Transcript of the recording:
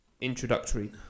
introductory